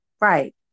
Right